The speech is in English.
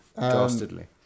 Dastardly